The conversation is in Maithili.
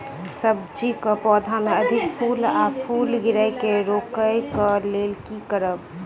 सब्जी कऽ पौधा मे अधिक फूल आ फूल गिरय केँ रोकय कऽ लेल की करब?